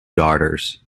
daughters